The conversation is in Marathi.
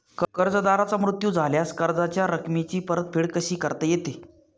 कर्जदाराचा मृत्यू झाल्यास कर्जाच्या रकमेची परतफेड कशी करता येते?